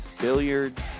Billiards